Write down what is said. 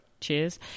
Cheers